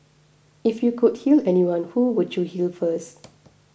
if you could heal anyone who would you heal first